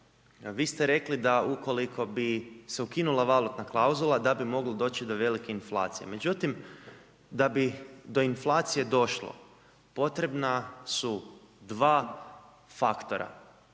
vi ste rekli da ukoliko bi se ukinula valutna klauzula, da bi moglo doći do velike inflacije. Međutim, da bi do inflacije došlo, potrebna su dva faktora.